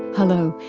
hello,